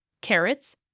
Carrots